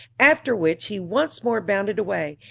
after which he once more bounded away,